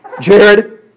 Jared